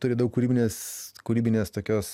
turi daug kūrybinės kūrybinės tokios